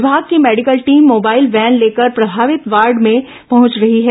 विमाग की medical team mobile van लेकर प्रभावित वार्ड में पहंच रही है